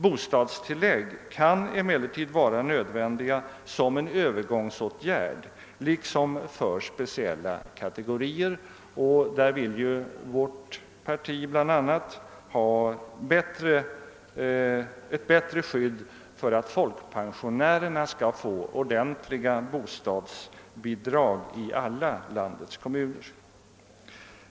Bostadstillägg kan emellertid vara nödvändiga som en övergångsåtgärd liksom för speciella kategorier. Bl.a. vill vårt parti ha en bättre garanti för att folkpensionärerna skall få ordentliga bostadsbidrag i alla landets kommuner.